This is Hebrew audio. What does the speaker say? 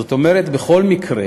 זאת אומרת, בכל מקרה